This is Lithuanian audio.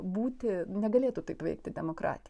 būti negalėtų taip veikti demokratija